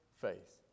faith